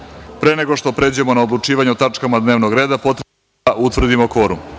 nego što pređemo na odlučivanje o tačkama dnevnog reda potrebno je da utvrdimo